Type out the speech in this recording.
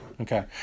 Okay